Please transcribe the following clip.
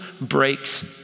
breaks